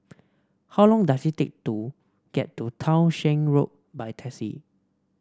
how long does it take to get to Townshend Road by taxi